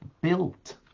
built